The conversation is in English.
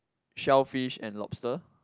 shell fish and lobster